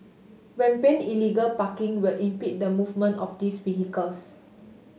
rampant illegal parking will impede the movement of these vehicles